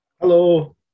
Hello